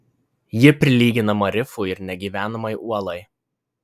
ji prilyginama rifui ir negyvenamai uolai